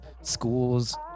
schools